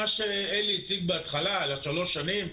מה שאלי הציג בהתחלה על שלוש שנים,